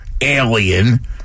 Alien